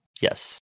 Yes